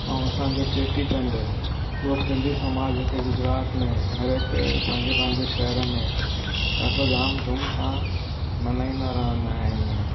ऐं असांजो चेटीचंड उहो बि सिंधी समाज हिते गुजरात में हर हिकु पंहिंजे पंहिंजे शहरनि में ॾाढो धाम धूम सां मल्हाईंदा रहंदा आहिनि